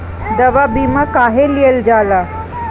दवा बीमा काहे लियल जाला?